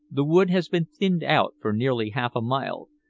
the wood has been thinned out for nearly half a mile,